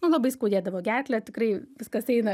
nu labai skaudėdavo gerklę tikrai viskas eina